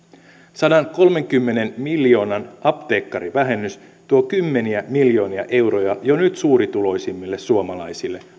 sadankolmenkymmenen miljoonan apteekkarivähennys tuo kymmeniä miljoonia euroja jo nyt suurituloisimmille suomalaisille